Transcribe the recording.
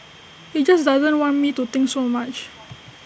he just doesn't want me to think so much